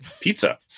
pizza